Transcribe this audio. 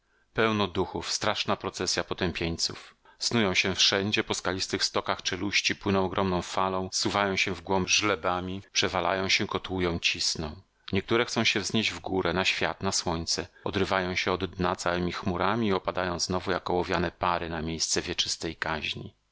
pełno duchów straszna procesja potępieńców snują się wszędzie po skalistych stokach czeluści płyną ogromną falą zsuwają się w głąb żlebami przewalają się kotłują cisną niektóre chcą się wznieść w górę na świat na słońce odrywają się od dna całemi chmurami i opadają znowu jak ołowiane pary na miejsce wieczystej kaźni